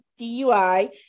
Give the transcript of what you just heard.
DUI